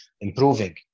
improving